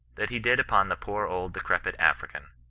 that he did upon the poor old decrepit african.